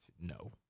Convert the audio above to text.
No